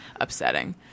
upsetting